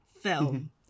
film